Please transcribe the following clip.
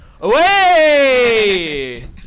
Away